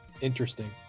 Interesting